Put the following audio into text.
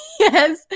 Yes